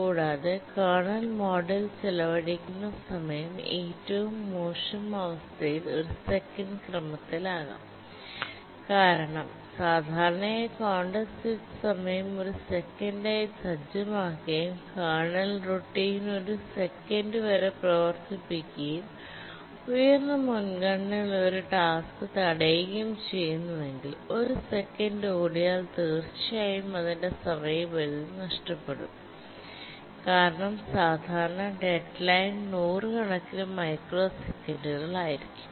കൂടാതെ കേർണൽ മോഡിൽ ചെലവഴിക്കുന്ന സമയം ഏറ്റവും മോശം അവസ്ഥയിൽ ഒരു സെക്കൻഡ് ക്രമത്തിലാകാം കാരണം സാധാരണയായി കോണ്ടെസ്റ് സ്വിച്ച് സമയം ഒരു സെക്കൻഡായി സജ്ജമാക്കുകയും കേർണൽ റൂട്ടിന് ഒരു സെക്കൻഡ് വരെ പ്രവർത്തിപ്പിക്കുകയും ഉയർന്ന മുൻഗണനയുള്ള ഒരു ടാസ്ക് തടയുകയും ചെയ്യുന്നുവെങ്കിൽ ഒരു സെക്കൻഡ് ഓടിയാൽ തീർച്ചയായും അതിന്റെ സമയപരിധി നഷ്ടപ്പെടും കാരണം സാധാരണ ഡെഡ് ലൈൻ നൂറു കണക്കിന് മൈക്രോസെക്കന്റുകൾ ആയിരിക്കും